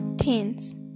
Teens